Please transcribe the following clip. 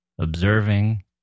observing